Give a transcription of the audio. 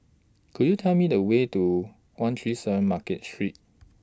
Could YOU Tell Me The Way to one three seven Market Street